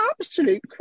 absolute